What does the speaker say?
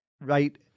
right